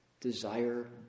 desire